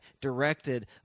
directed